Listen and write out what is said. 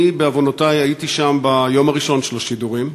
אני, בעוונותי, הייתי שם ביום הראשון של השידורים,